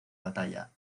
batalla